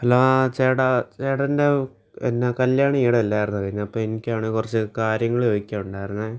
hello ചേട്ടാ ചേട്ടൻ്റെ പിന്നെ കല്ല്യാണം ഈ എടയില്ലായിരുന്നോ കഴിഞ്ഞത് അപ്പം എനിക്കാണേ കുറച്ചു കാര്യങ്ങൾ ചോദിക്കാനുണ്ടായിരുന്നത്